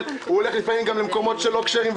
הוא הולך לפעמים גם למקומות לא כשרים,